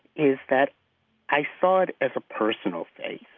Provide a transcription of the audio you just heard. is that i saw it as a personal faith.